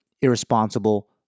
irresponsible